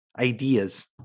Ideas